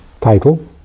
title